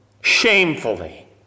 shamefully